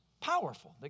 powerful